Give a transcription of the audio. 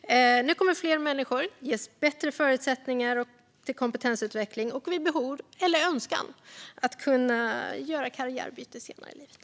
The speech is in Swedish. Nu kommer fler människor att ges bättre förutsättningar till kompetensutveckling och kommer vid behov eller önskan att kunna göra ett karriärbyte även mitt i livet.